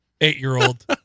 eight-year-old